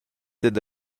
dad